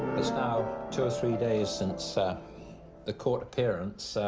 now two or three days since ah the court appearance.